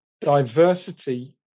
diversity